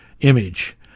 image